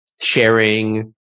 sharing